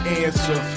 answer